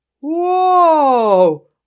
whoa